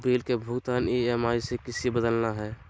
Bill के भुगतान EMI में किसी बदलना है?